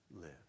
live